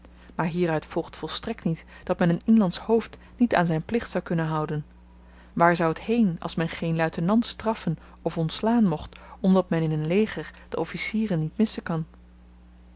maar hieruit volgt volstrekt niet dat men een inlandsch hoofd niet aan z'n plicht zou kunnen houden waar zou t heen als men geen luitenant straffen of ontslaan mocht omdat men in n leger de officieren niet missen kan